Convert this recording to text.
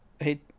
Hey